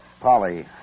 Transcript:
Polly